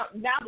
now